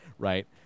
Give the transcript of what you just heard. right